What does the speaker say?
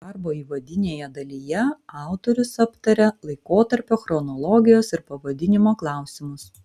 darbo įvadinėje dalyje autorius aptaria laikotarpio chronologijos ir pavadinimo klausimus